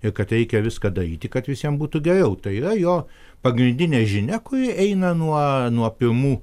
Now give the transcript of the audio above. ir kad reikia viską daryti kad visiem būtų geriau tai yra jo pagrindinė žinia kuri eina nuo nuo pirmų